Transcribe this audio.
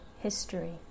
history